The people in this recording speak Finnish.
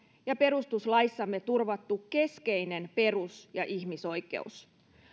ja perustuslaissamme turvattu keskeinen perus ja ihmisoikeus